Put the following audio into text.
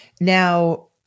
Now